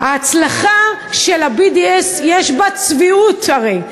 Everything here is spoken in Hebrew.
ההצלחה של ה-BDS, יש בה צביעות, הרי.